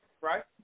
right